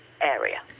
area